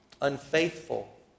unfaithful